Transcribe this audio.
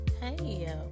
hey